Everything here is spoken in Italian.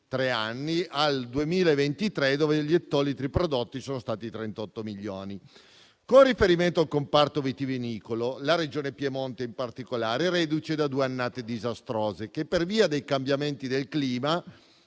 tre anni ai 38 milioni di ettolitri prodotti nel 2023. Con riferimento al comparto vitivinicolo, la Regione Piemonte in particolare è reduce di due annate disastrose che, per via dei cambiamenti del clima,